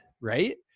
right